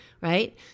right